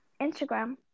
Instagram